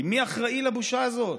כי מי אחראי לבושה הזאת,